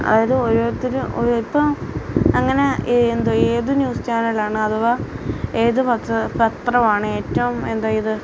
അതായത് ഓരോത്തര് ഒരു ഇപ്പം അങ്ങനെ എന്തുവാ ഏതു ന്യൂസ് ചാനലാണോ അഥവാ ഏതു പത്ര പത്രമാണ് ഏറ്റവും എന്തോ ചെയ്ത്